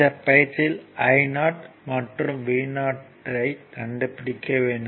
இந்த பயிற்சியில் i0 மற்றும் v0 கண்டுபிடிக்க வேண்டும்